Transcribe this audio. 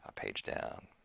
ah page down